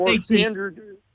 standard